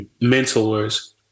mentors